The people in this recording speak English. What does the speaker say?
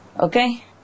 Okay